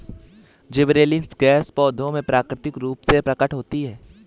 gibberellins gas पौधों में प्राकृतिक रूप से प्रकट होती है